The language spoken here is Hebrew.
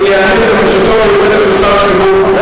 אני אעלה את בקשתו המיוחדת של שר החינוך,